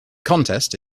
contest